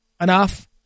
enough